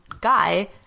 guy